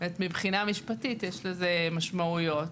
מבחינה משפטית יש לזה משמעויות.